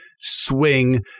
swing